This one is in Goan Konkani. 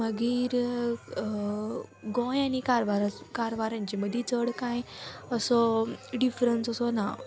मागीर गोंय आनी कारवार कारवारांचे मदीं चड कांय असो डिफरंस असो ना